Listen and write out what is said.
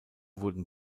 wurden